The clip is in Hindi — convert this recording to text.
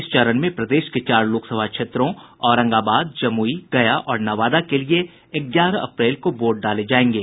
इस चरण में प्रदेश के चार लोकसभा क्षेत्रों औरंगाबाद जमुई गया और नवादा के लिए ग्यारह अप्रैल को वोट डाले जायेंगे